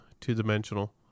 two-dimensional